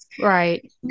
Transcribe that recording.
right